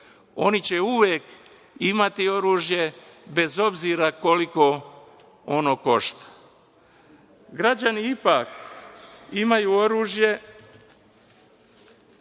oni će uvek imati oružje, bez obzira koliko ono košta. Građani ipak imaju oružje